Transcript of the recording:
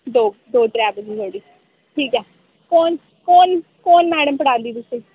दो दो त्रै बजे धोड़ी ठीक ऐ फोन फोन फोन मैडम फड़ांदी तुसेंई